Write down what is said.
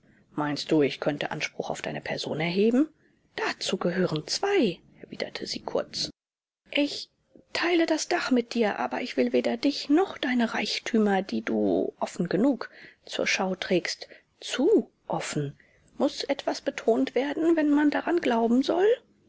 meinst du ich könnte anspruch auf deine person erheben dazu gehören zwei erwiderte sie kurz ich teile das dach mit dir aber ich will weder dich noch deine reichtümer die du offen genug zur schau trägst zu offen muß etwas betont werden wenn man daran glauben soll